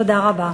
תודה רבה.